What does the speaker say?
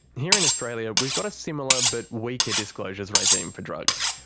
here in australia, we've got a similar but weaker disclosures regime for drugs.